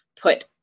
put